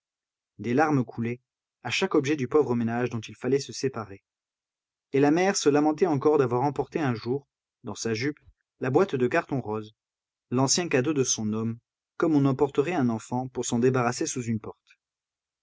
des larmes coulaient à chaque objet du pauvre ménage dont il fallait se séparer et la mère se lamentait encore d'avoir emporté un jour dans sa jupe la boîte de carton rose l'ancien cadeau de son homme comme on emporterait un enfant pour s'en débarrasser sous une porte